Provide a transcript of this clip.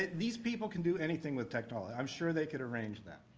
these people can do anything with technology. i'm sure they could arrange that.